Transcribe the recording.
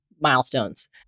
milestones